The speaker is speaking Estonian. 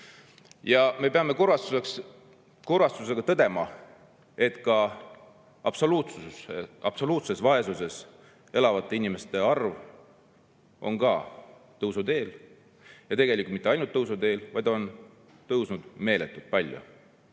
Me peame kurvastusega tõdema, et ka absoluutses vaesuses elavate inimeste arv on tõusuteel ja tegelikult mitte ainult tõusuteel, vaid on tõusnud meeletult palju,